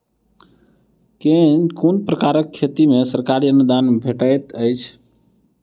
केँ कुन प्रकारक खेती मे सरकारी अनुदान भेटैत अछि?